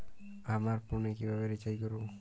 আমার ফোনে কিভাবে রিচার্জ করবো?